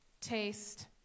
taste